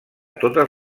totes